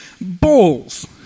Bowls